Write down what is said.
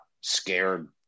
scared